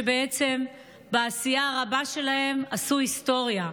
שבעצם בעשייה הרבה שלהם עשו היסטוריה.